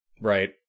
Right